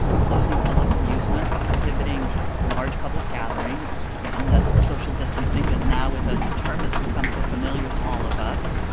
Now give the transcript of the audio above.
closing public amusements and prohibiting large public gatherings again, that social distancing that now is a term that's become so familiar to all of us.